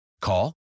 Call